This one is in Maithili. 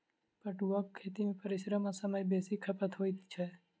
पटुआक खेती मे परिश्रम आ समय बेसी खपत होइत छै